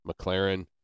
McLaren